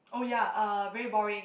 oh ya uh very boring